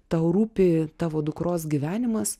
tau rūpi tavo dukros gyvenimas